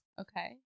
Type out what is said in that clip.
Okay